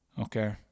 Okay